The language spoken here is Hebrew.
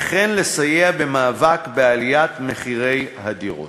וכן לסייע במאבק בעליית מחירי הדירות.